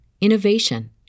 innovation